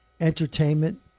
entertainment